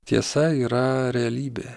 tiesa yra realybė